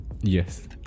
yes